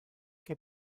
que